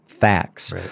facts